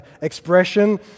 expression